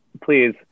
please